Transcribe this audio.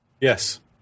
Yes